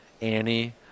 Annie